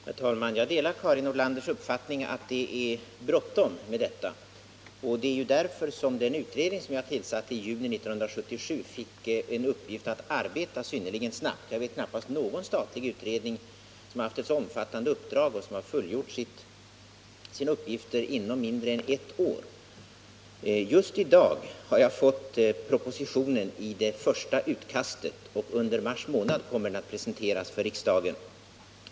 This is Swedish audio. Herr talman! Jag delar Karin Nordlanders uppfattning att det är bråttom med detta. Det var därför den utredning som jag tillsatte i juni 1977 fick till uppgift att arbeta synnerligen snabbt. Jag vet knappast någon statlig utredning som haft ett så omfattande uppdrag och fullgjort sina uppgifter inom mindre än ett år. Just i dag har jag fått propositionen i det första utkastet, och under mars månad kommer den att presenteras för riksdagen.